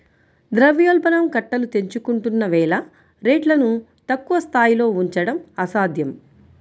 ద్రవ్యోల్బణం కట్టలు తెంచుకుంటున్న వేళ రేట్లను తక్కువ స్థాయిలో ఉంచడం అసాధ్యం